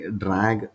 drag